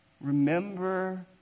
Remember